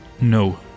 No